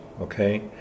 okay